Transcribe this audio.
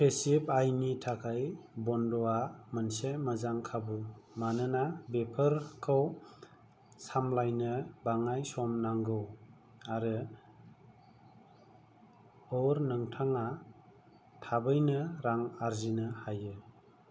पेसिब आयनि थाखाय बन्ड'वा मोनसे मोजां खाबु मानोना बेफोरखौ सामलायनो बाङाइ सम नांगौ आरो और नोंथाङा थाबैनो रां आर्जिनो हायो